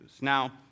Now